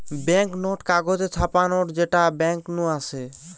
bank note কাগজে ছাপা note যেটা বেঙ্ক নু আসে